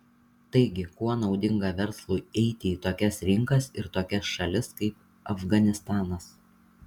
taigi kuo naudinga verslui eiti į tokias rinkas ir tokias šalis kaip afganistanas